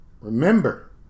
remember